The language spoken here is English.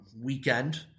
weekend